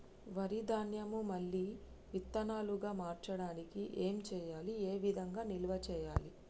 వరి ధాన్యము మళ్ళీ విత్తనాలు గా మార్చడానికి ఏం చేయాలి ఏ విధంగా నిల్వ చేయాలి?